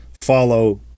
follow